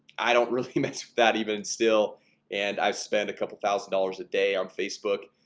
i don't really miss that even still and i've spent a couple thousand dollars a day on facebook